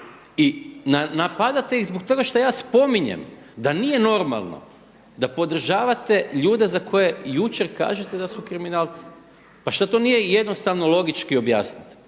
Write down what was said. I napadate ih zbog toga što ja spominjem da nije normalno da podržavate ljude za koje jučer kažete da su kriminalci. Pa što to nije jednostavno logički objasniti.